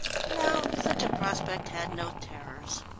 but now such a prospect had no terrors.